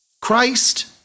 Christ